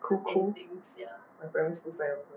cool cool my primary school friends also